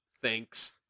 thanks